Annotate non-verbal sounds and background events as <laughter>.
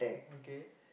<noise> okay